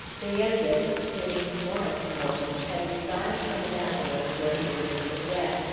the youngest, james morris morgan, had resigned from annapolis, where he was a cadet,